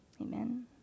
Amen